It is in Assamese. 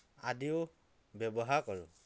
আদিও ব্যৱহাৰ কৰোঁ